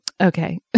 Okay